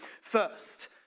first